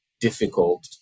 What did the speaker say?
difficult